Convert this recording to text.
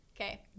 Okay